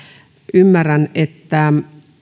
ymmärrän että